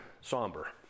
somber